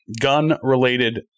gun-related